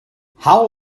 how